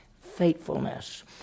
faithfulness